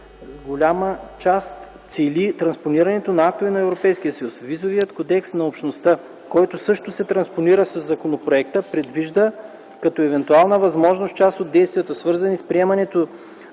голяма част цели транспонирането на актове на Европейския съюз. Визовият кодекс на Общността, който също се транспонира със законопроекта, предвижда като евентуална възможност част от действията, свързани с приемането